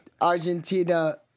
Argentina